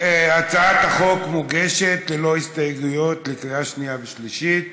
הצעת החוק מוגשת ללא הסתייגויות לקריאה שנייה ושלישית.